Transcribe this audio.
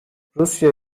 rusya